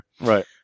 Right